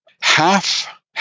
half